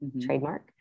trademark